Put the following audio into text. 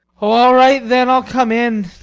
all right then i'll come in.